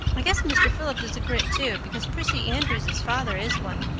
i guess mr. phillips is a grit too because prissy andrews's father is one,